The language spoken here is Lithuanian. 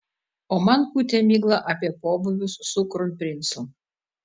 o man pūtė miglą apie pobūvius su kronprincu